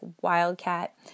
Wildcat